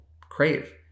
crave